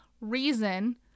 reason